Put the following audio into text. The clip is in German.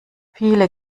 viele